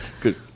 Good